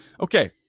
Okay